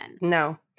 No